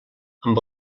amb